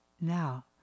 now